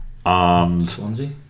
Swansea